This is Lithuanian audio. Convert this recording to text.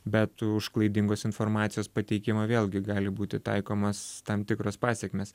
bet už klaidingos informacijos pateikimą vėlgi gali būti taikomos tam tikras pasekmes